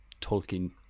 Tolkien